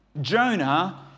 Jonah